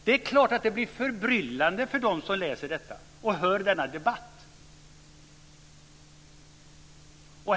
Det är klart att det blir förbryllande för dem som läser detta och hör denna debatt.